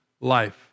life